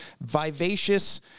vivacious